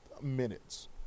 minutes